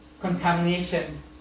contamination